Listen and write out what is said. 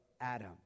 Adam